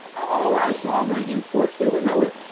all rice, long-grain imports, they were lowered,